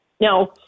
now